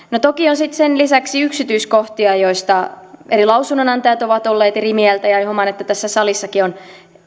toki on sitten sen lisäksi yksityiskohtia joista eri lausunnonantajat ovat olleet eri mieltä ja huomaan että tässä salissakin on